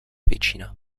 většina